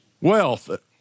wealth